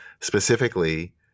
specifically